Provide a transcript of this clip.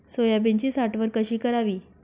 सोयाबीनची साठवण कशी करावी?